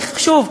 כי שוב,